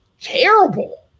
terrible